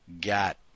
got